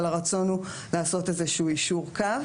אבל הרצון הוא לעשות איזשהו יישור קו